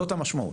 זו המשמעות,